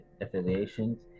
affiliations